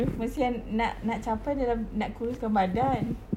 mesti nak nak capai dalam nak kuruskan badan